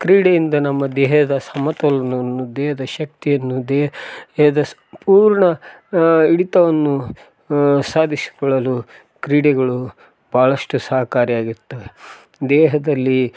ಕ್ರೀಡೆಯಿಂದ ನಮ್ಮ ದೇಹದ ಸಮತೋಲನವನ್ನು ದೇಹದ ಶಕ್ತಿಯನ್ನು ದೇಹದ ಸಂಪೂರ್ಣ ಹಿಡಿತವನ್ನು ಸಾಧಿಸಿಕೊಳ್ಳಲು ಕ್ರೀಡೆಗಳು ಭಾಳಷ್ಟು ಸಹಕಾರಿಯಾಗಿರ್ತವೆ ದೇಹದಲ್ಲಿ